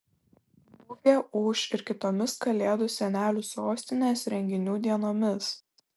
mugė ūš ir kitomis kalėdų senelių sostinės renginių dienomis